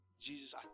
Jesus